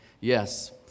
Yes